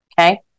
Okay